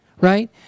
right